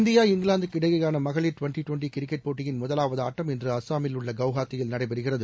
India இங்கிலாந்துக்கு இடையேயான மகளிர் டுவெண்டி டுவெண்டி கிரிக்கெட் போட்டியின் முதலாவது ஆட்டம் இன்று அஸ்ஸாமில் உள்ள கவுஹாத்தியில் நடைபெறுகிறது